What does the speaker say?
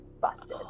busted